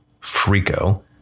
Frico